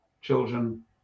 children